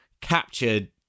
captured